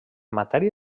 matèria